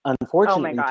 unfortunately